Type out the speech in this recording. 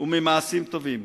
וממעשים טובים,